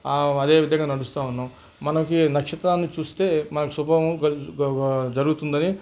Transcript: అదేవిధంగా నడుస్తూ ఉన్నాం మనకి నక్షత్రాలను చూస్తే మనకి శుభము జరుగుతుందని